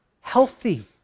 healthy